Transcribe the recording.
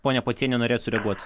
ponia pociene norėjot sureaguot